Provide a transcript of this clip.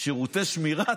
שירותי שמירה?